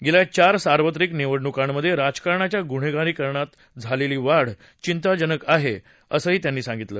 गेल्या चार सार्वत्रिक निवडणुकांमधे राजकारणाच्या गुन्हेगारीकरणात झालेली वाढ चिंताजनक आहे असं त्यांनी सांगितलं